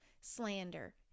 slander